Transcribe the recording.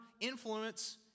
influence